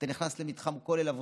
שאתה נכנס למתחם כולל של אברכים,